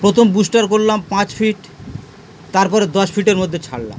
প্রথম বুস্টার করলাম পাঁচ ফিট তারপরে দশ ফিটের মধ্যে ছাড়লাম